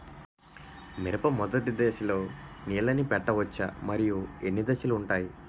మిరప మొదటి దశలో నీళ్ళని పెట్టవచ్చా? మరియు ఎన్ని దశలు ఉంటాయి?